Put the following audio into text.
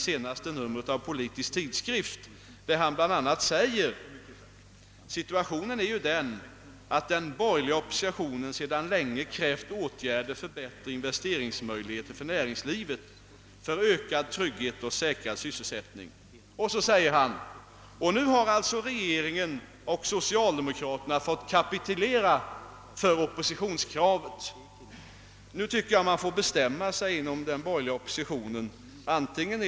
I senaste numret av Politisk tidskrift skriver han bl.a.: »Situationen är ju den, att den borgerliga oppositionen sedan länge krävt åtgärder för bättre investeringsmöjligheter för näringslivet — för ökad trygghet och säkrad sysselsättning.» Vidare skriver han: »Nu har alltså regeringen och socialdemokraterna fått kapitulera för oppositionskravet.» Nu tycker jag att man bör bestämma sig inom den borgerliga oppositionen.